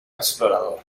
explorador